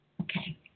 Okay